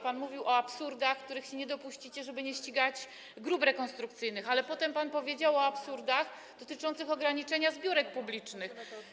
Pan mówił o absurdach, których się nie dopuścicie, żeby nie ścigać grup rekonstrukcyjnych, ale potem pan powiedział o absurdach dotyczących ograniczenia zbiórek publicznych.